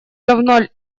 давно